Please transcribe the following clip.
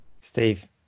Steve